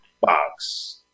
box